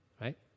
right